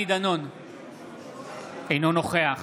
אינו נוכח